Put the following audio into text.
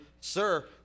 Sir